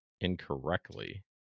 incorrectly